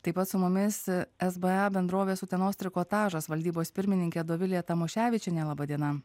taip pat su mumis sba bendrovės utenos trikotažas valdybos pirmininkė dovilė tamoševičienė laba diena